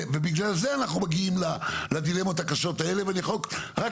בגלל זה אנחנו מגיעים לדילמות הקשות האלה ואני יכול רק